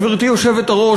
גברתי היושבת-ראש,